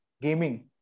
gaming